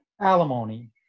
alimony